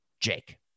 Jake